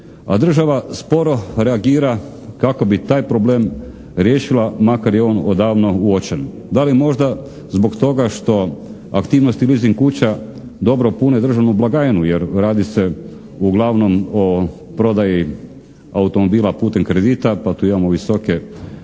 država sporo reagira kako bi taj problem riješila makar je on odavno uočen, da li možda zbog toga što aktivnosti leasing kuća dobro pune državnu blagajnu jer radi se uglavnom o prodaji automobila putem kredita pa tu imamo visoke